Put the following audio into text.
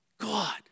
God